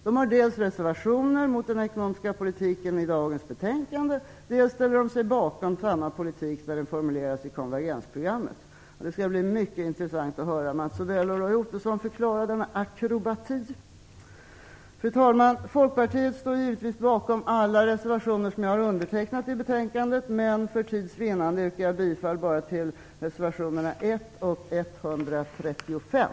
Dels har de reservationer i dagens betänkande mot den ekonomiska politiken, dels ställer de sig bakom samma politik när den formuleras i konvergensprogrammet. Det skall bli mycket intressant att höra Mats Odell och Roy Ottosson förklara denna "akrobati". Fru talman! Folkpartiet står givetvis bakom alla reservationer i betänkandet som jag har undertecknat, men för tids vinnande yrkar jag bifall bara till reservationerna 1 och 135.